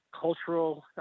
cultural